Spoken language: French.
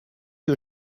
que